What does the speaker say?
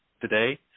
today